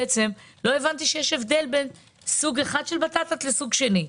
לא הבנתי שיש הבדל בין סוג אחד של בטטות לבין סוג שני.